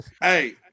Hey